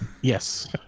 yes